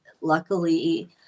luckily